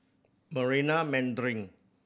Marina Mandarin